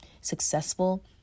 successful